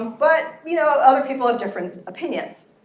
but, you know, other people have different opinions.